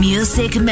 Music